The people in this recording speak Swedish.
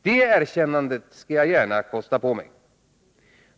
Det erkännandet skall jag gärna kosta på mig.